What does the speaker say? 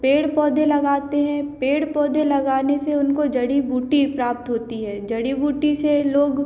पेड़ पौधे लगाते हैं पेड़ पौधे लगाने से उनको जड़ी बूटी प्राप्त होती है जड़ी बूटी से लोग